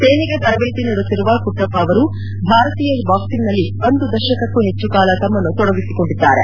ಸೇನೆಗೆ ತರಬೇತಿ ನೀಡುತ್ತಿರುವ ಕುಟ್ಟಪ್ಪ ಅವರು ಭಾರತೀಯ ಬಾಕ್ಸಿಂಗ್ನಲ್ಲಿ ಒಂದು ದಶಕಕ್ಕೂ ಹೆಚ್ಚು ಕಾಲ ತಮ್ನನ್ನು ತೊಡಗಿಸಿಕೊಂಡಿದ್ದಾರೆ